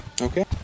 Okay